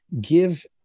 give